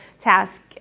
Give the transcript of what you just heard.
task